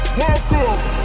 welcome